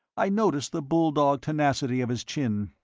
i noticed the bulldog tenacity of his chin,